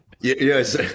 Yes